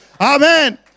Amen